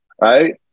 right